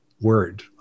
word